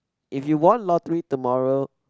if you won lottery tomorrow